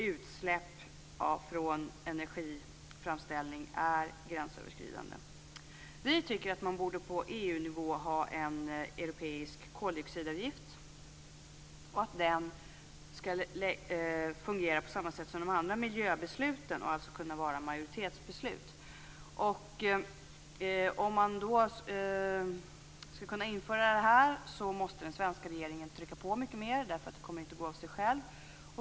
Utsläpp från energiframställning är gränsöverskridande. Vi tycker att man på EU-nivå borde ha en europeisk koldioxidavgift som skall beslutas på samma sätt som övriga miljöbeslut, alltså att det skall kunna vara ett majoritetsbeslut. Om detta skall gå att införa måste den svenska regeringen trycka på mycket mera. Det kommer inte att gå av sig självt.